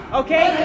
okay